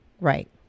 Right